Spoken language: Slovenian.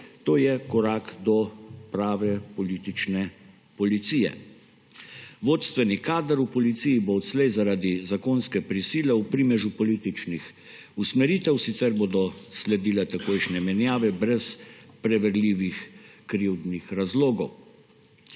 To je korak do prave politične policije. Vodstveni kader v policiji bo odslej zaradi zakonske prisile v primežu političnih usmeritev, sicer bodo sledile takojšnje menjave brez preverljivih krivdnih razlogov.